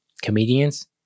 comedians